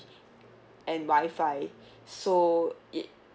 and wifi so it